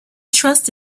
trust